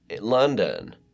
London